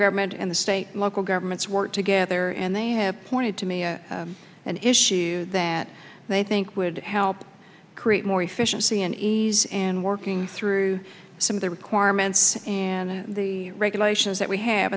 government and the state and local governments work together and they have pointed to me and issues that they think would help create more efficiency and ease and working through some of the requirements and the regulations that we have